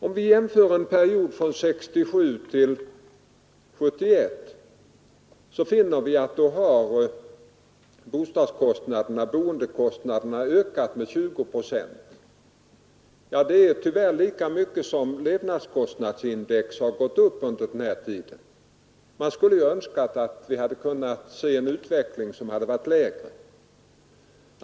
Om vi jämför åren 1967 och 1971 finner vi att boendekostnaderna ökat med 20 procent. Det är tyvärr lika mycket som levnadskostnadsindex gått upp under den tiden. Man skulle önskat att vi hade kunnat se en lägre utveckling.